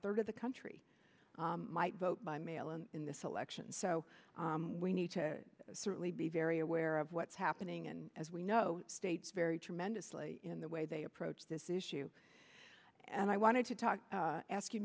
third of the country might vote by mail and in this election so we need to certainly be very aware of what's happening and as we know states vary tremendously in the way they approach this issue and i wanted to talk